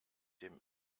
dem